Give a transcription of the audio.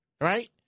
Right